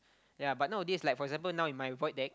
yea but nowadays like for example now in my void deck